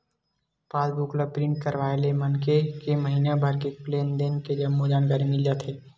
पास book ल print करवाय ले मनखे के महिना भर के लेन देन के जम्मो जानकारी मिल जाथे